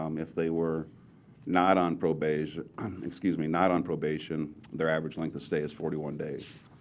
um if they were not on probation kind of excuse me, not on probation, their average length of stay is forty one days.